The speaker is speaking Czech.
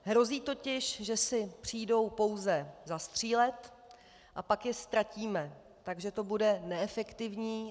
Hrozí totiž, že si přijdou pouze zastřílet a pak je ztratíme, takže to bude neefektivní.